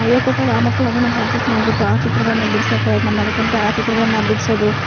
ಹೇಳ್ಕೊಟ್ಟಾಗ ಆ ಮಕ್ಳು ಅದನ್ನು ಪ್ರಾಕ್ಟೀಸ್ ಮಾಡ್ಬಿಟ್ಟು ಆ ಚಿತ್ರಗಳನ್ನು ಬಿಡ್ಸೋ ಪ್ರಯತ್ನ ಮಾಡ್ಕೆಂತ ಆ ಚಿತ್ರಗಳನ್ನು ಬಿಡ್ಸೋದು